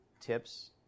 tips